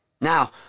Now